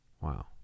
Wow